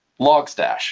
Logstash